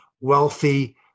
wealthy